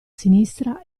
sinistra